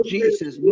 Jesus